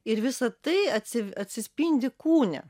ir visa tai atsi atsispindi kūne